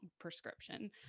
prescription